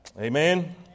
Amen